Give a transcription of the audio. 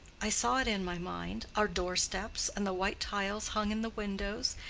i saw it in my mind our doorsteps, and the white tiles hung in the windows,